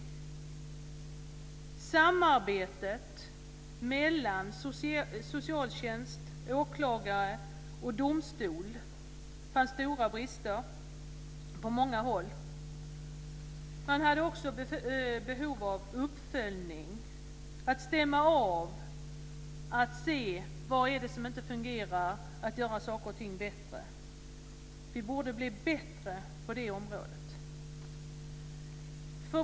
I samarbetet mellan socialtjänst, åklagare och domstol fanns det på många håll stora brister. Det fanns också behov av uppföljning, av att stämma av och se vad det är som inte fungerar och av att göra saker och ting bättre. Vi borde alltså bli bättre på det området.